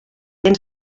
vents